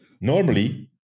Normally